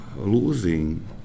Losing